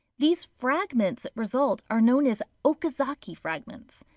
these fragments that result are known as okazaki fragments.